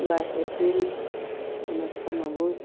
বাইছ এপ্ৰিল ঊনৈছশ নব্বৈ